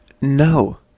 No